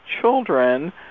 children